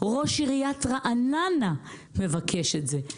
ראש עיריית רעננה מבקש את זה,